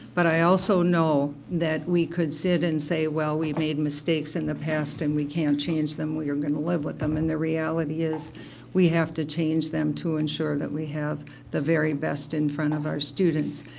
but i also know that we can sit and say that we made mistakes in the past and we can't change them, we are going to live with them. and the reality is we have to change them to ensure that we have the very best in front of our students.